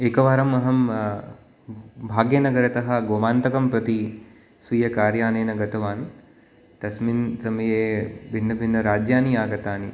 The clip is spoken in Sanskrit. एकवारम् अहं भाग्यनगरतः गोमान्तकं प्रति स्वीयकार्यानेन गतवान् तस्मिन् समये भिन्नभिन्नराज्यानि आगतानि